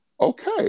Okay